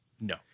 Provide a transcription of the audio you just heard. No